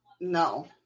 No